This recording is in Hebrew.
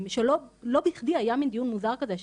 לא בכדי זה היה מין דיון מוזר כזה,